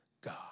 God